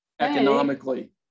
economically